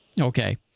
Okay